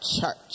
church